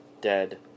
dead